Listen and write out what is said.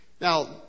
Now